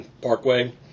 Parkway